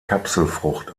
kapselfrucht